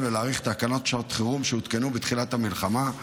ולהאריך תקנות שעת חירום שהותקנו בתחילת המלחמה,